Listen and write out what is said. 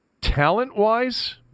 Talent-wise